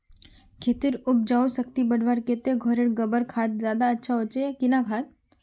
खेतेर उपजाऊ शक्ति बढ़वार केते घोरेर गबर खाद ज्यादा अच्छा होचे या किना खाद?